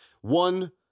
one